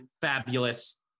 fabulous